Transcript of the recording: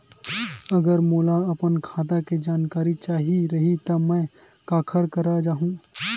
अगर मोला अपन खाता के जानकारी चाही रहि त मैं काखर करा जाहु?